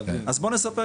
אז בוא נתמצת את זה,